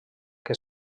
que